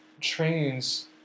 trains